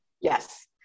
Yes